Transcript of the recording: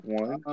one